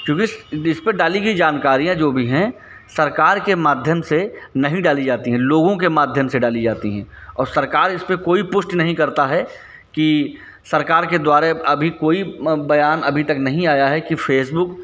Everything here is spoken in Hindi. क्योंकि इस इसपर डाली गई जानकारियाँ जो भी हैं सरकार के माध्यम से नहीं डाली जाती हैं लोगों के माध्यम से डाली जाती हैं और सरकार इसपर कोई पुष्टि नहीं करता है कि सरकार के द्वारा अभी कोई बयान अभी तक नहीं आया है कि फ़ेसबुक